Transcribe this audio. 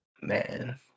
Man